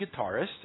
guitarist